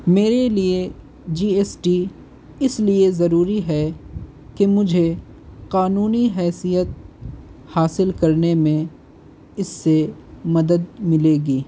میرے لیے G S T اس لیے ضروری ہے کہ مجھے قانونی حیثیت حاصل کرنے میں اس سے مدد ملے گی